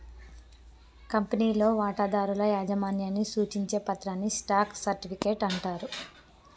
కంపెనీలో వాటాదారుల యాజమాన్యాన్ని సూచించే పత్రాన్ని స్టాక్ సర్టిఫికెట్ అంటారు